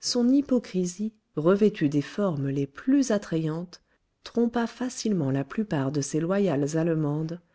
son hypocrisie revêtue des formes les plus attrayantes trompa facilement la plupart de ces loyales allemandes